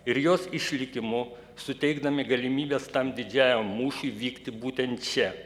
ir jos išlikimu suteikdami galimybes tam didžiajam mūšiui vykti būtent čia